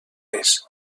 res